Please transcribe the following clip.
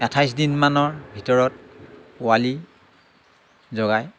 আঠাইছ দিনমানৰ ভিতৰত পোৱালি জগায়